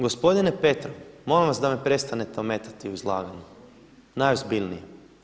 Gospodine Petrov, molim vas da me prestanete ometati u izlaganju, najozbiljnije.